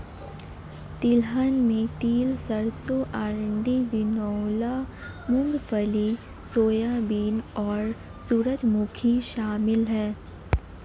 तिलहन में तिल सरसों अरंडी बिनौला मूँगफली सोयाबीन और सूरजमुखी शामिल है